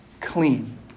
clean